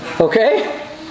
Okay